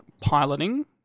piloting